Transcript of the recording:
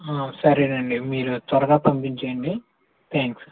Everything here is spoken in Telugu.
ఆ సరేనండి మీరు త్వరగా పంపించేయండి థ్యాంక్స్